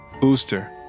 Booster